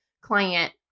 client